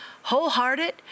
wholehearted